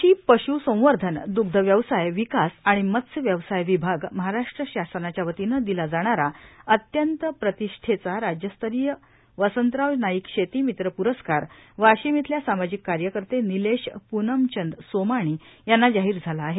कृषी पश् संवर्धन दग्ध व्यवसाय विकास आणि मत्स व्यवसाय विभाग महाराष्ट्र शासनाच्यावतीनं दिला जाणारा अत्यंत प्रतिष्ठेचा राज्यस्तरीय वसंतराव नाईक शेतीमित्र प्रस्कार वाशिम इथल्या सामाजिक कार्यकर्ते निलेश पुनमचंद सोमाणी यांना जाहिर झाला आहे